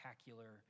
spectacular